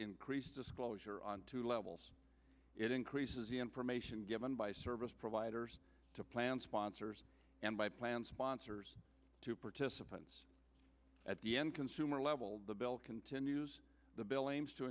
increased disclosure on two levels it increases the information given by service providers to plan sponsors and by plan sponsors to participants at the end consumer level the bill continues the